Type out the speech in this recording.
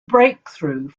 breakthrough